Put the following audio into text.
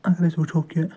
اگر أسۍ وُچھُو کہِ